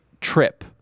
trip